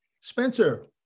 spencer